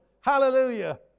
Hallelujah